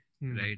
Right